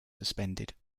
suspended